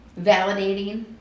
validating